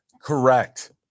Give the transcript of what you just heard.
Correct